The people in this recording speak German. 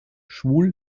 schwul